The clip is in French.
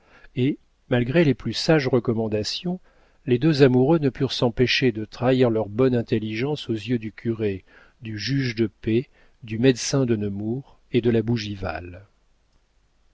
et malgré les plus sages recommandations les deux amoureux ne purent s'empêcher de trahir leur bonne intelligence aux yeux du curé du juge de paix du médecin de nemours et de la bougival